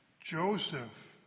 Joseph